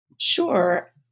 Sure